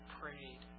prayed